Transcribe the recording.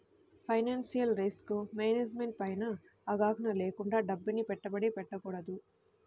financial risk management పైన అవగాహన లేకుండా డబ్బుని పెట్టుబడి పెట్టకూడదు